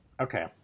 Okay